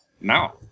Now